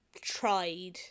tried